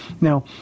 Now